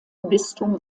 bistum